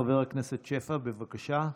חבר הכנסת שפע, בבקשה.